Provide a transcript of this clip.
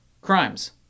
crimes